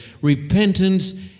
Repentance